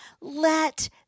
let